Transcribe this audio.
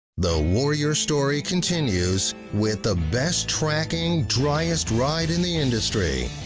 the warrior story continues, with the best tracking, driest ride in the industry!